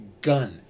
gun